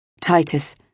Titus